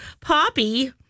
Poppy